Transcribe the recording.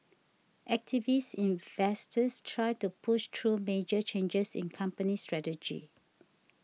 activist investors try to push through major changes in company strategy